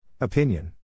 Opinion